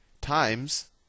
times